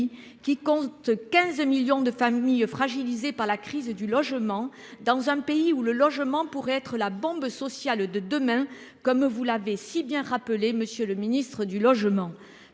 qui compte 15 millions de familles fragilisées par la crise du logement dans un pays où le logement pour être la bombe sociale de demain. Comme vous l'avez si bien rappelé, Monsieur le Ministre du Logement